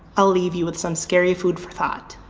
i'll leave you with some scary food for thought.